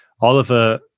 Oliver